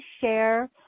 share